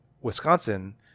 Wisconsin